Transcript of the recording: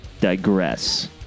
Digress